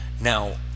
Now